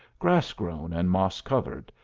grass-grown and moss-covered,